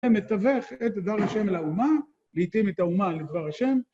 מתווך את דבר ה' אל האומה, והתאים את האומה לדבר ה'